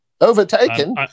overtaken